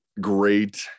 great